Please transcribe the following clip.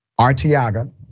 Artiaga